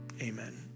amen